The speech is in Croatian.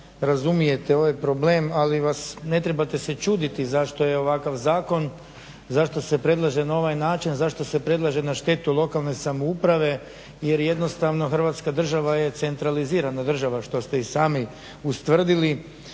razumijete ovaj problem ali vas, ne trebate se čuditi zašto je ovakav zakon, zašto se predlaže na ovaj način, zašto se predlaže na štetu lokalne samouprave jer jednostavno Hrvatska država je centralizirana država što ste i sami ustvrdili,